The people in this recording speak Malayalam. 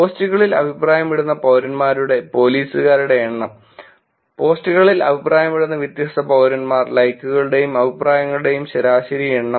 പോസ്റ്റുകളിൽ അഭിപ്രായമിടുന്ന പൌരന്മാരുടെ പോലീസുകാരുടെ എണ്ണം പോസ്റ്റുകളിൽ അഭിപ്രായമിടുന്ന വ്യത്യസ്ത പൌരന്മാർ ലൈക്കുകളുടെയും അഭിപ്രായങ്ങളുടെയും ശരാശരി എണ്ണം